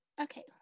Okay